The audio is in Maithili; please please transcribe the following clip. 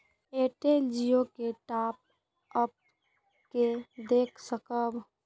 एयरटेल जियो के टॉप अप के देख सकब?